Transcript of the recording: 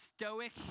stoic